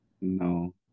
No